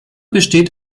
besteht